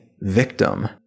victim